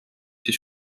ses